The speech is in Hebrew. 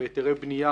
והיתרי בנייה